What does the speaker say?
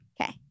Okay